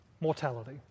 mortality